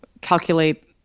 calculate